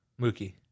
Mookie